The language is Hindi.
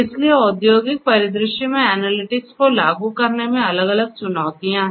इसलिए औद्योगिक परिदृश्य में एनालिटिक्स को लागू करने में अलग अलग चुनौतियाँ हैं